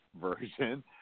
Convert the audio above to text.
version